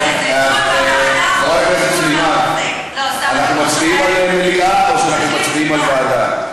אנחנו מצביעים על מליאה או על ועדה?